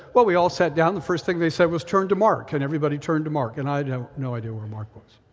well, we all sat down, and the first thing they said was turn to mark, and everybody turned to mark, and i had no idea where mark was.